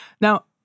Now